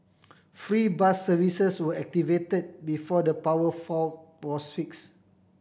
free bus services were activated before the power fault was fixed